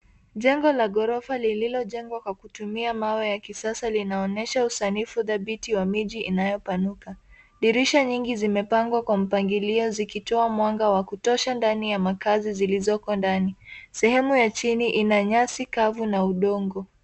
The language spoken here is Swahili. Jengo la ghorofa lililojengwa kwa kutumia mawe ya kisasa linaonyesha usanifu dhabiti wa miji inayopanuka. Dirisha nyingi zimepangwa kwa mpangilio zikitoa mwanga wa kutosha ndani ya makazi zilizoko ndani. Sehemu ya chini ina nyasi kavu na udongo.